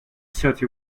thirty